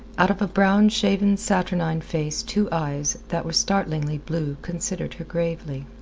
out of a brown, shaven, saturnine face two eyes that were startlingly blue considered her gravely.